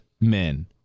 men